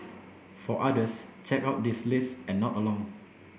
for others check out this list and nod along